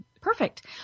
Perfect